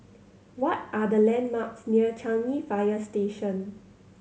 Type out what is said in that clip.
what are the landmarks near Changi Fire Station